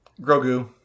Grogu